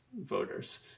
voters